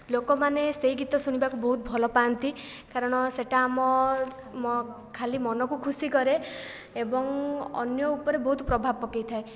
ଲୋକମାନେ ସେହି ଗୀତ ଶୁଣିବାକୁ ବହୁତ ଭଲ ପାଆନ୍ତି କାରଣ ସେ'ଟା ଆମ ଖାଲି ମନକୁ ଖୁସି କରେ ଏବଂ ଅନ୍ୟ ଉପରେ ବହୁତ ପ୍ରଭାବ ପକାଇଥାଏ